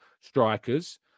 strikers